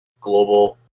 global